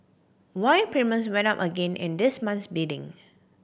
why premiums went up again in this month's bidding